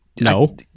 No